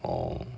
oh